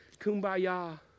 kumbaya